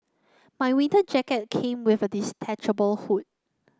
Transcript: my winter jacket came with a detachable hood